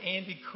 Andy